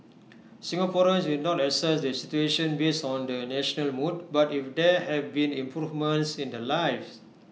Singaporeans will not assess the situation based on the national mood but if there have been improvements in their lives